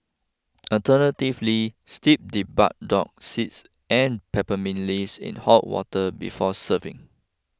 alternatively steep the burdock seeds and peppermint leaves in hot water before serving